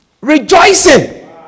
rejoicing